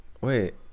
Wait